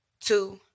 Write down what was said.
two